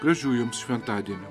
gražių jums šventadienių